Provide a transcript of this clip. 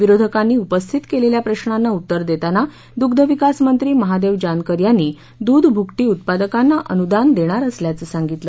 विरोधकांनी उपस्थित केलेल्या प्रश्नांना उत्तर देताना दुग्धविकास मंत्री महादेव जानकर यांनी दुध भुकटी उत्पादकांना अनुदान देणार असल्याचं सांगितलं